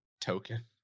token